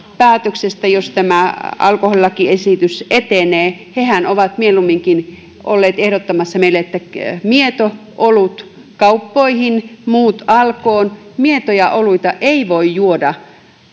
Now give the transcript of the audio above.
päätöksestä jos tämä alkoholilakiesitys etenee ja ollut mieluumminkin ehdottamassa meille että mieto olut kauppoihin muut alkoon mietoja oluita ei voi juoda